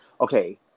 Okay